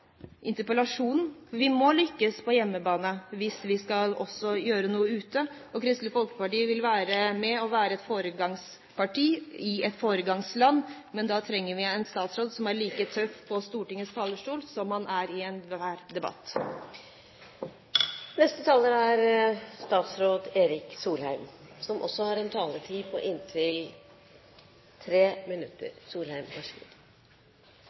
interpellasjonen. Vi må lykkes på hjemmebane hvis vi også skal gjøre noe ute. Kristelig Folkeparti vil være med og være et foregangsparti i et foregangsland, men da trenger vi en statsråd som er like tøff på Stortingets talerstol som han er i enhver debatt. Interpellanten beskyldte meg for å være ydmyk overfor Stortinget. Det tar jeg som ros. I de tolv årene jeg satt på Stortinget selv, var en ting jeg lærte, at ingen statsråd